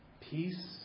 peace